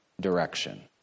direction